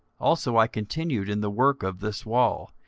also i continued in the work of this wall,